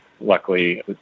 luckily